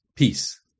peace